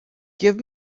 give